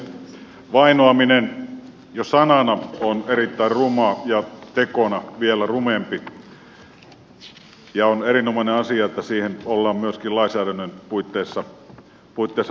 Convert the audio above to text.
vainoaminen jo sanana on erittäin ruma ja tekona vielä rumempi ja on erinomainen asia että siihen ollaan myöskin lainsäädännön puitteissa puuttumassa